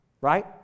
Right